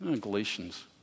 Galatians